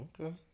okay